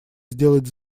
сделать